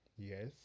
Yes